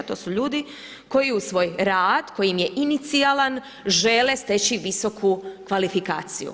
To su ljudi koji uz svoj rad koji im je inicijalan žele steći visoku kvalifikaciju.